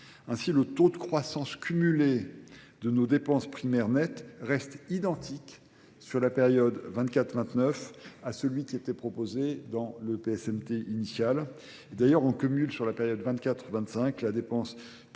Ainsi, le taux de croissance cumulé de nos dépenses primaires nettes reste identique sur la période 24-29 à celui qui était proposé dans le PSMT initial. D'ailleurs, on commule sur la période 24-25, la dépense primaire naître